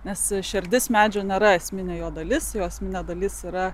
nes širdis medžių nėra esminė jo dalis jo esminė dalis yra